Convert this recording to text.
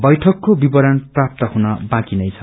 बैठकको विविरण प्राप्त हुन बाँकी छ